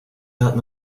hatten